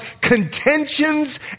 contentions